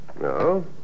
No